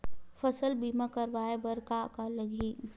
फसल बीमा करवाय बर का का लगही?